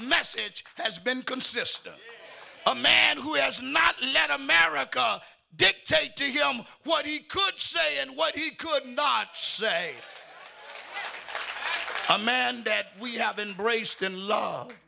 message has been consistent a man who has not let america dictate to him what he could say and what he could not say the eman that we have been raised in l